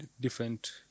different